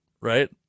right